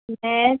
میں